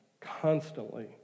constantly